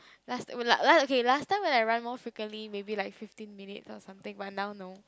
last would like la~ okay last time when I run more frequently maybe like fifteen minute or something but now no